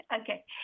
Okay